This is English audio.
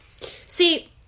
See